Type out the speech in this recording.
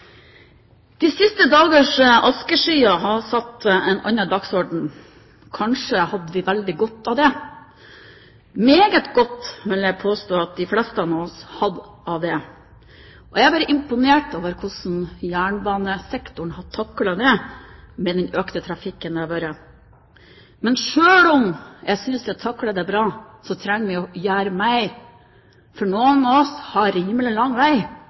De siste dagers askeskyer har satt en annen dagsorden. Kanskje har vi veldig godt av det. Meget godt av det vil jeg påstå at de fleste av oss har. Og jeg er bare imponert over hvordan jernbanesektoren har taklet den økte trafikken som har vært. Men selv om jeg synes de har taklet det bra, trenger vi å gjøre mer, for noen av oss har rimelig lang vei